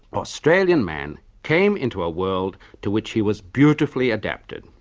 australian man came into a world to which he was beautifully adapted.